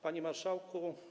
Panie Marszałku!